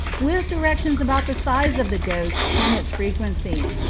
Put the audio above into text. with directions about the size of the dose and its frequency.